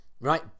right